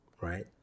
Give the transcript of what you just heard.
right